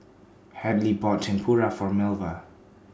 Hadley bought Tempura For Melva